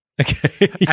Okay